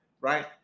right